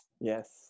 Yes